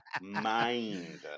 mind